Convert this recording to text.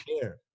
care